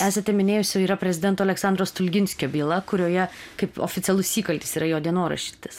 esate minėjusi yra prezidento aleksandro stulginskio byla kurioje kaip oficialus įkaltis yra jo dienoraštis